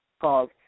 called